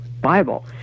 Bible